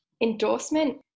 endorsement